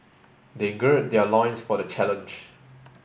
they gird their loins for the challenge